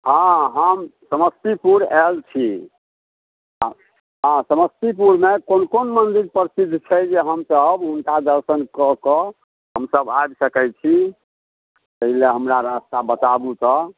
हँ हम समस्तीपुर आयल छी आओर समस्तीपुरमे कोन कोन मन्दिर प्रसिद्ध छै जे हमसब हुनका दर्शन कऽ कऽ हमसब आबि सकै छी तै लए हमरा रास्ता हमरा बताबु तऽ